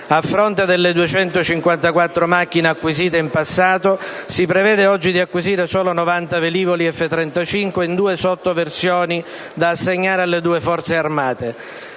A fronte delle 254 macchine acquisite in passato, si prevede oggi di acquisire solo 90 velivoli F-35 in due sottoversioni da assegnare alle due Forze armate.